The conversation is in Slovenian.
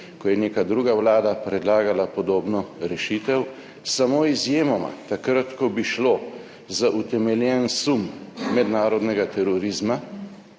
ko je neka druga vlada predlagala podobno rešitev izjemoma samo takrat, ko bi šlo za utemeljen sum mednarodnega terorizma,